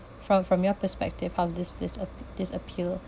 from from your perspective how this this app~ this appeal